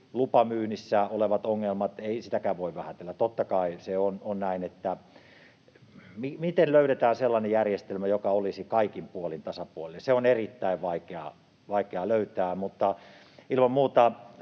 nettilupamyynnissä olevat ongelmat. Ei sitäkään voi vähätellä, totta kai se on näin: miten löydetään sellainen järjestelmä, joka olisi kaikin puolin tasapuolinen? Sitä on erittäin vaikea löytää. Mutta kun